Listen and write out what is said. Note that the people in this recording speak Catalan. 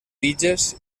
tiges